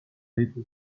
able